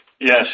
yes